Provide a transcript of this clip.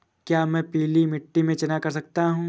क्या मैं पीली मिट्टी में चना कर सकता हूँ?